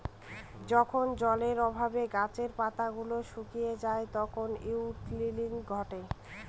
যখন জলের অভাবে গাছের পাতা গুলো শুকিয়ে যায় তখন উইল্টিং ঘটে